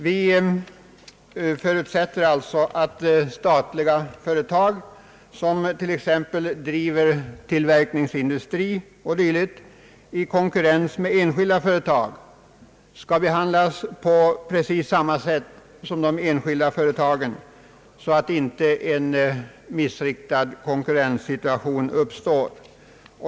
Vi förutsätter alltså att statliga företag med t.ex. tillverkningsindustri och liknande i konkurrens med enskilda företag skall behandlas på exakt samma sätt som dessa, så att inte en missriktad konkurrenssituation uppstår.